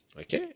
Okay